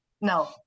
no